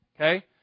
Okay